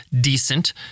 decent